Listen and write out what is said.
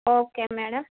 okay madam